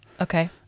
Okay